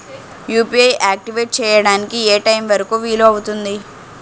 UPI activate చెయ్యడానికి ఏ time వరుకు వీలు అవుతుంది?